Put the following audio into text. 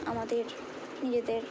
আমাদের নিজেদের